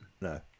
No